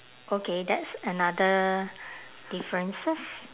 okay that's another differences